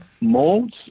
molds